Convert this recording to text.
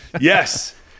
Yes